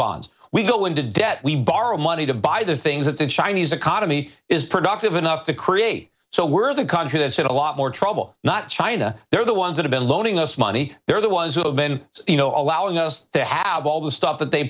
bonds we go into debt we borrow money to buy the things that the chinese economy is productive enough to create so we're the country that's had a lot more trouble not china they're the ones that have been loaning us money they're the ones who've been you know allowing us to have all the stuff that they